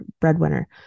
breadwinner